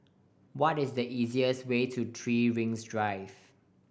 what is the easiest way to Three Rings Drive